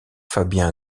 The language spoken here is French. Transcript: fabien